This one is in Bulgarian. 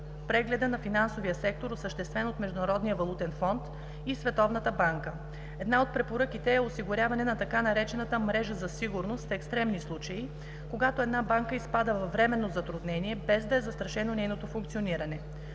прегледа на финансовия сектор, осъществен от Международния валутен фонд и Световната банка. Една от препоръките е осигуряване на така наречената „Мрежа за сигурност” в екстремни случаи, когато една банка изпада във временно затруднение, без да е застрашено нейното функциониране.